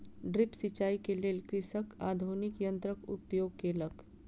drip सिचाई के लेल कृषक आधुनिक यंत्रक उपयोग केलक